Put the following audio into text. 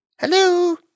Hello